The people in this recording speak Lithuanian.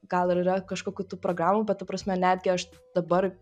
gal ir yra kažkokių tų programų bet ta prasme netgi aš dabar